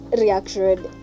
reaction